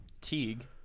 Teague